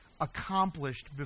accomplished